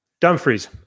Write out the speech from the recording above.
Dumfries